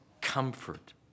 comfort